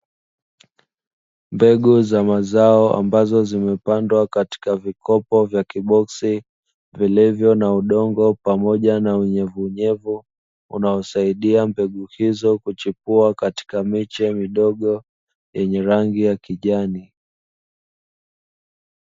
Mbegu za mazao ambazo zimepandwa katika vikopo vya kiboksi vilivyo na udongo pamoja na unyevu unyevu, unaosaidia mbegu hizo kuchipua katika miche midogo yenye rangi ya kijani.